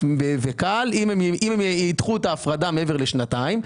ו-כאל .אם הם יידחו אתה הפרדה מעבר לשנתיים,